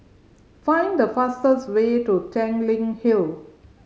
find the fastest way to Tanglin Hill